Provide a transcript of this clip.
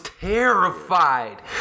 terrified